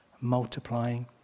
multiplying